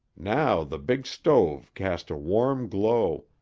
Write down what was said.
now the big stove cast a warm glow,